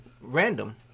Random